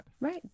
Right